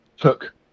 took